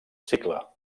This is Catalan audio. cicle